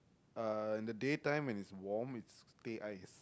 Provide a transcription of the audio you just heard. uh in the day time when it's warm it's teh ice